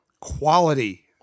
quality